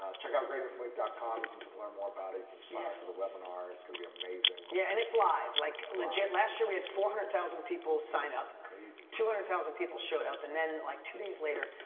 ah check out greatnesslink com. you can just learn more about it. you can sign up for the webinar. it's gonna be amazing. yeah, and it's live. like legit, last year we had four hundred thousand people sign up. two hundred thousand people showed up. and then like two days later,